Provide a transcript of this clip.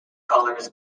colors